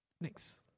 Next